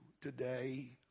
today